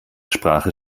sprache